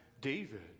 David